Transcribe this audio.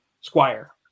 Squire